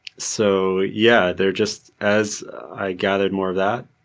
so, yeah, they're just, as i gathered more of that,